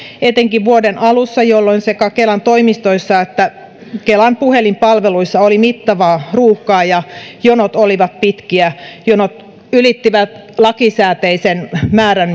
etenkin vuoden alussa jolloin sekä kelan toimistoissa että kelan puhelinpalveluissa oli mittavaa ruuhkaa ja jonot olivat pitkiä jonot ylittivät lakisääteisen määrän